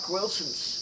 Wilson's